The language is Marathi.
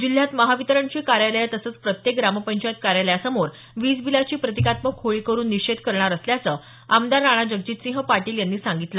जिल्ह्यात महावितरणची कार्यालयं तसंच प्रत्येक ग्रामपंचायत कार्यालयासमोर वीज बिलाची प्रतिकात्मक होळी करून निषेध करणार असल्याचं आमदार राणाजगजितसिंह पाटील यांनी सांगितलं